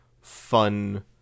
fun